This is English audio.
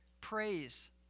praise